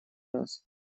раз